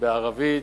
ערבית,